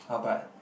how but